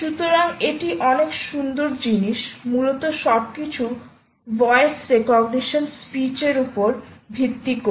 সুতরাং এটি অনেক সুন্দর জিনিস মূলত সবকিছু ভয়েস রিকগনিশন স্পিচ এর উপর ভিত্তি করে